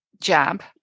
jab